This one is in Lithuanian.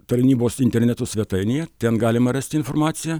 tarnybos interneto svetainėje ten galima rasti informaciją